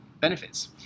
benefits